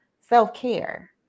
self-care